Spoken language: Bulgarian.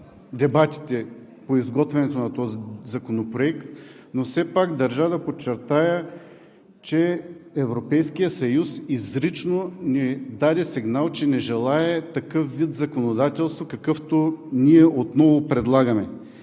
дебатите по изготвянето на този законопроект, но все пак държа да подчертая, че Европейският съюз изрично ни даде сигнал, че не желае такъв вид законодателство, какъвто ние отново предлагаме.